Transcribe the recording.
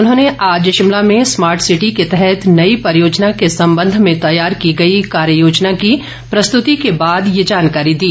उन्होंने आज शिमला में स्मार्ट सिटी के तहत नई परियोजना के संबंध में तैयार की गई कार्य योजना की प्रस्तुति के बाद ये जानकारी दी